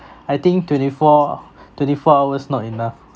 I think twenty four twenty four hours not enough